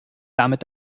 damit